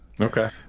okay